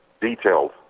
detailed